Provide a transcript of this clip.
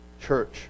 church